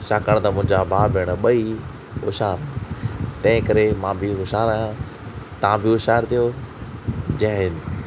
छाकाणि त मुंहिंजा भाउ भेण ॿई होश्यार तंहिं करे मां बि होश्यारु आहियां तव्हां बि होश्यारु थियो जय हिंद